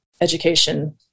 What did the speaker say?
Education